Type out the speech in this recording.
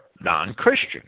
non-Christian